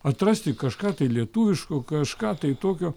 atrasti kažką tai lietuviško kažką tai tokio